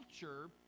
culture